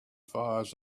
fires